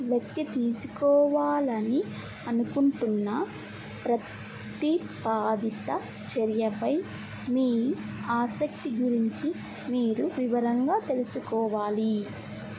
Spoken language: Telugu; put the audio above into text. వ్యక్తి తీసుకోవాలని అనుకుంటున్న ప్రతిపాదిత చర్యపై మీ ఆసక్తి గురించి మీరు వివరంగా తెలుసుకోవాలి